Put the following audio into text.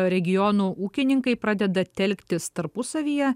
regionų ūkininkai pradeda telktis tarpusavyje